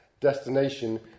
destination